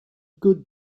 good